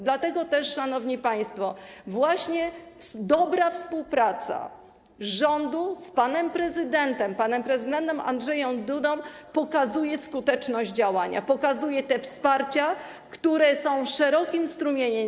Dlatego też, szanowni państwo, właśnie dobra współpraca rządu z panem prezydentem, panem prezydentem Andrzejem Dudą, pokazuje skuteczność działania, pokazuje wsparcie, które szerokim strumieniem.